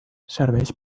serveix